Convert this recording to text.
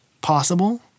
possible